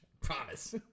promise